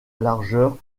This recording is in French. largeur